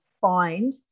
find